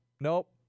nope